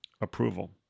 approval